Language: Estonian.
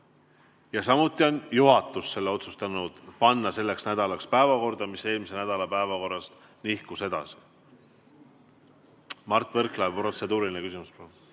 Ja samuti on juhatus otsustanud selle panna selleks nädalaks päevakorda, kuna eelmise nädala päevakorrast see nihkus edasi. Mart Võrklaev, protseduuriline küsimus,